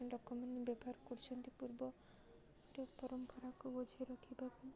ଲୋକମାନେ ବ୍ୟବହାର କରୁଛନ୍ତି ପୂର୍ବ ଗୋଟେ ପରମ୍ପରାକୁ ବଜେଇ ରଖିବାକୁ